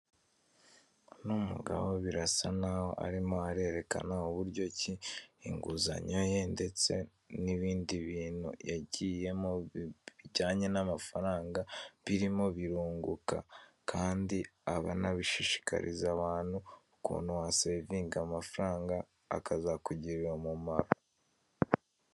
Uno mugabo birasa naho arimo arerekana uburyo ki inguzanyo ye ndetse n'ibindi bintu yagiyemo bijyanye n'amafaranga, birimo birunguka kandi anabishishikariza abantu ukuntu wasevinga amafaranga akazakugirira umumaro.